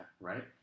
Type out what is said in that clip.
right